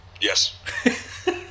yes